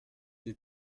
die